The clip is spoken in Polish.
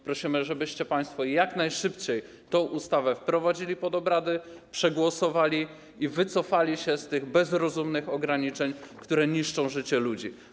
Prosimy, żebyście państwo jak najszybciej tę ustawę wprowadzili pod obrady, przegłosowali i wycofali się z tych bezrozumnych ograniczeń, które niszczą życie ludzi.